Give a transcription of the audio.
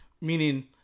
meaning